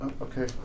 Okay